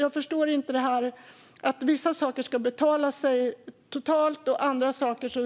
Jag förstår inte det här att vissa saker ska betala sig totalt och andra saker inte.